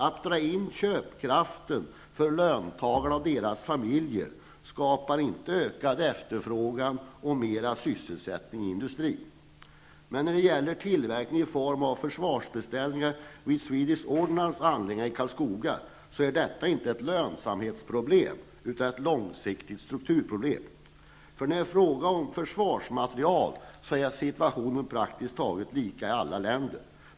Att dra in köpkraften för löntagarna och deras familjer skapar inte ökad efterfrågan och mer sysselsättning i industrin. När det gäller tillverkningen i form av försvarsbeställningar vid Swedish Ordnances anläggningar i Karlskoga, så är detta inte ett lönsamhetsproblem utan ett långsiktigt strukturproblem. För när det är fråga om försvarsmateriel är situationen praktiskt taget lika i alla länder.